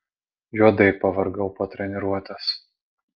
juodai pavargau po treniruotės